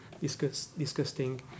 disgusting